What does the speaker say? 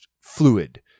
fluid